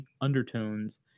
undertones